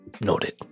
Noted